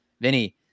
Vinny